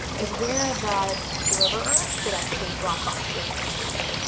is where the deliverer should actually drop off your groceries.